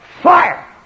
Fire